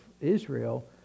Israel